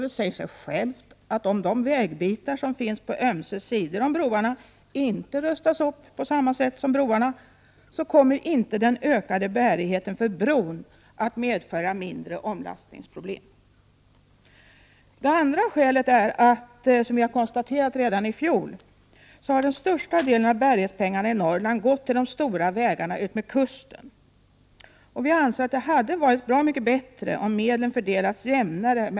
Det säger sig självt att om de vägbitar som finns på ömse sidor om broarna inte rustas upp på samma sätt som broarna, kommer inte den ökade bärigheten för broar att medföra mindre omlastningsproblem. För det andra har, som vi konstaterade redan i fjol, den största delen av bärighetspengarna i Norrland gått till de stora vägarna utmed kusten. Vi anser att det hade varit bra mycket bättre om medlen fördelats jämnare Prot.